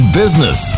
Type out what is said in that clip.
business